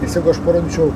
nes jeigu aš parodyčiau